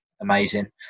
amazing